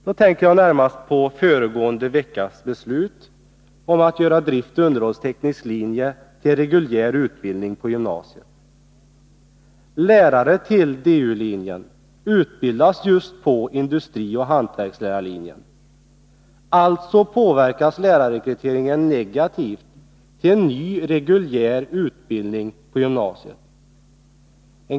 Jag tänker närmast på föregående veckas beslut om att göra driftoch underhållsteknisk linje till en reguljär utbildning på gymnasiet. Lärare till DU-linjen utbildas just på industrioch hantverkslärarlinjen och därmed påverkas alltså lärarrekryteringen, negativt, till en ny reguljär utbildning på gymnasiet.